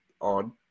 on